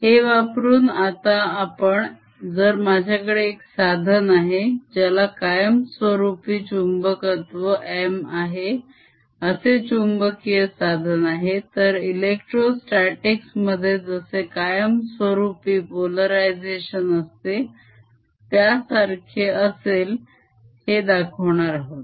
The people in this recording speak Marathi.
हे वापरून आता आपण जर माझ्याकडे एक साधन आहे ज्याला कायमस्वरूपी चुंबकत्व M आहे असे चुंबकीय साधन आहे तर electrostatics मध्ये जसे कायमस्वरूपी polarization असते त्यासारखे असेल हे दाखवणार आहोत